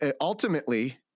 ultimately